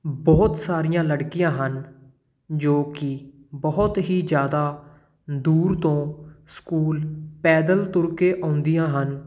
ਬਹੁਤ ਸਾਰੀਆਂ ਲੜਕੀਆਂ ਹਨ ਜੋ ਕਿ ਬਹੁਤ ਹੀ ਜ਼ਿਆਦਾ ਦੂਰ ਤੋਂ ਸਕੂਲ ਪੈਦਲ ਤੁਰ ਕੇ ਅਉਂਦੀਆਂ ਹਨ